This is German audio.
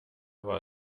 war